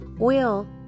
oil